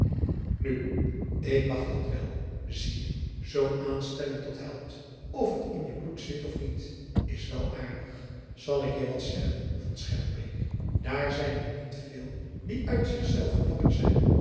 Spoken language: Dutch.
nu ik mag dat wel zie je zoo'n aanstelling tot held of het in je bloed zit of niet is wel aardig zal ik je wat zeggen van schermbeek daar zijn er niet veel die uit zichzelven dapper zijn